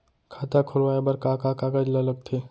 खाता खोलवाये बर का का कागज ल लगथे?